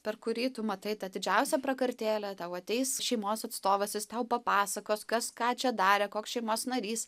per kurį tu matai tą didžiausią prakartėlę tau ateis šeimos atstovas jis tau papasakos kas ką čia darė koks šeimos narys